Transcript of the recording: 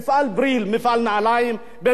מפעל נעליים בראשון-לציון,